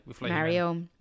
mario